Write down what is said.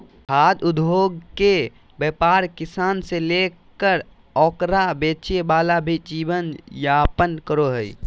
खाद्य उद्योगके व्यापार किसान से लेकर ओकरा बेचे वाला भी जीवन यापन करो हइ